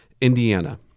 indiana